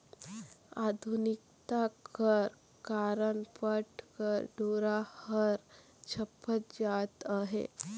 आधुनिकता कर कारन पट कर डोरा हर छपत जात अहे